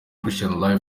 christian